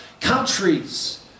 countries